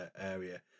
area